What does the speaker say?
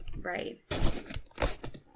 right